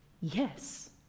Yes